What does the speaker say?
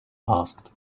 asked